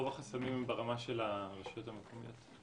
רוב החסמים הם ברמה של הרשויות המקומיות.